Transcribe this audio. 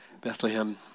Bethlehem